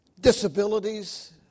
disabilities